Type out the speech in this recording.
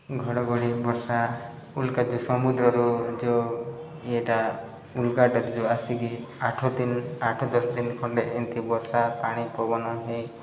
ଘଡ଼ଘଡ଼ି ବର୍ଷା ଉଲକା ଯେଉଁ ସମୁଦ୍ରରୁ ଯେଉଁ ଇଟା ଉଲକାଟାରୁ ଯେଉଁ ଆସିକି ଆଠ ଦିନ ଆଠ ଦଶ ଦିନ ଖଣ୍ଡେ ଏମିତି ବର୍ଷା ପାଣି ପବନ ହେଇ